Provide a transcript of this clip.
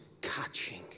catching